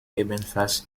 ebenfalls